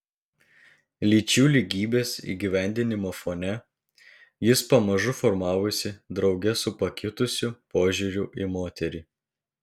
lyčių lygybės įgyvendinimo fone jis pamažu formavosi drauge su pakitusiu požiūriu į moterį